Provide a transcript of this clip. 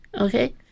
Okay